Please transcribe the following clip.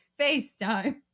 Facetime